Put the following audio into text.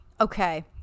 Okay